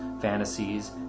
fantasies